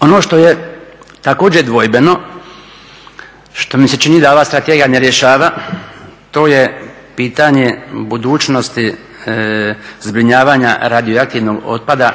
Ono što je također dvojbeno, što mi se čini da ova strategija ne rješava to je pitanje budućnosti zbrinjavanja radioaktivnog otpada